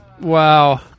Wow